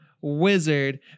wizard